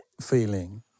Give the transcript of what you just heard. feeling